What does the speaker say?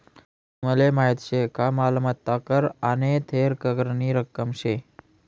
तुमले माहीत शे का मालमत्ता कर आने थेर करनी रक्कम शे